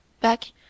back